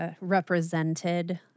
represented